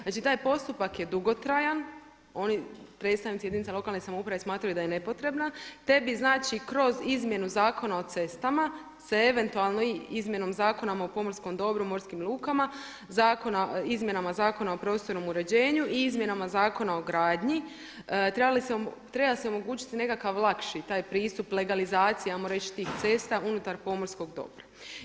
Znači taj postupak je dugotrajan, predstavnici jedinica lokalne samouprave smatraju da je nepotrebna, te bi znači kroz izmjenu Zakona o cestama se eventualno i izmjenama Zakona o pomorskom dobru i morskim lukama, izmjenama Zakona o prostornom uređenju i izmjenama Zakona o gradnji treba se omogućiti nekakav lakši taj pristup legalizaciji ajmo reći tih cesta unutar pomorskog dobra.